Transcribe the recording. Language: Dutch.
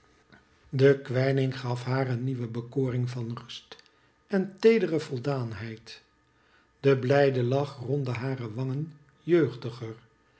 de kwijning gaf haar een nieuwe bekormg van rust en teedere voldaanheid de blijde lach rondde hare wangen jeugdiger